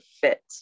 fit